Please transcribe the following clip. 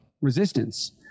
resistance